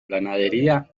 ganadería